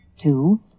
Two